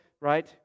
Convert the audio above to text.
right